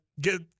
get